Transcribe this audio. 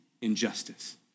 injustice